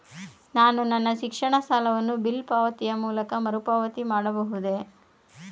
ನಾನು ನನ್ನ ಶಿಕ್ಷಣ ಸಾಲವನ್ನು ಬಿಲ್ ಪಾವತಿಯ ಮೂಲಕ ಮರುಪಾವತಿ ಮಾಡಬಹುದೇ?